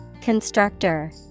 Constructor